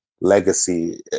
legacy